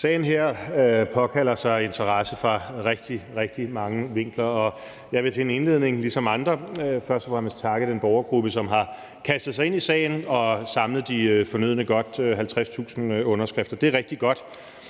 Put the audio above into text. Sagen her påkalder sig interesse fra rigtig, rigtig mange vinkler, og jeg vil til en indledning ligesom andre først og fremmest takke den borgergruppe, som har kastet sig ind i sagen og har samlet de fornødne godt 50.000 underskrifter. Det er rigtig godt,